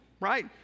right